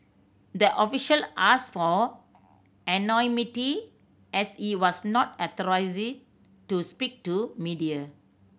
the official ask for anonymity as he was not authorized to speak to media